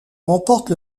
remporte